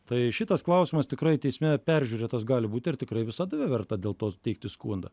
tai šitas klausimas tikrai teisme peržiūrėtas gali būti ir tikrai visada verta dėl to teikti skundą